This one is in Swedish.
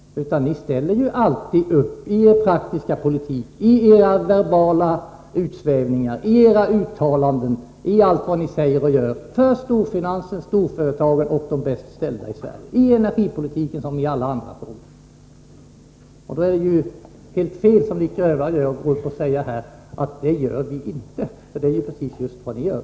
Ni ställer ju alltid upp, i er praktiska politik, i era verbala utsvävningar, i era uttalanden, i allt vad ni gör och säger, för storfinansen, storföretagen och de bäst ställda i Sverige — i energipolitiken som i alla andra frågor. Det är helt fel, som Nic Grönvall gör, att gå upp här och säga att ni inte gör detta. Det är precis vad ni gör.